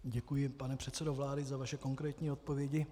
Děkuji, pane předsedo vlády, za vaše konkrétní odpovědi.